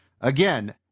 Again